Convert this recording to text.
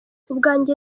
ubwanjye